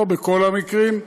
לא בכל המקרים,